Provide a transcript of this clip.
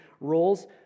roles